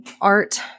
art